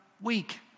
week